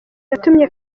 yatumye